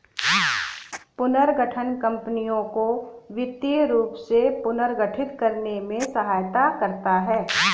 पुनर्गठन कंपनियों को वित्तीय रूप से पुनर्गठित करने में सहायता करता हैं